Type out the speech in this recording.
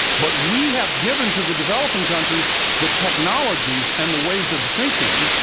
but we have given to the developing countries the technologies and the ways of thinking